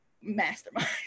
mastermind